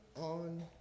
on